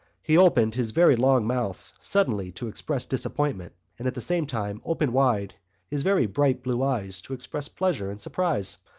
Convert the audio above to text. he opened his very long mouth suddenly to express disappointment and at the same time opened wide his very bright blue eyes to express pleasure and surprise.